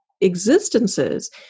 Existences